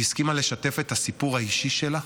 היא הסכימה לשתף את הסיפור האישי שלה,